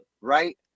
right